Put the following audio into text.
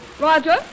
Roger